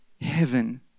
heaven